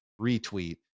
retweet